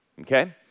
okay